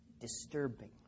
disturbing